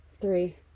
Three